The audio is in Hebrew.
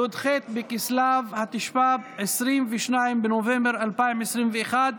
י"ח בכסלו התשפ"ב, 22 בנובמבר 2021,